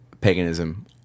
paganism